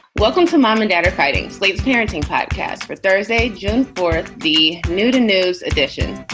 welcome to mom and dad are fighting slate's parenting podcast. but thursday, june fourth, the new to news edition.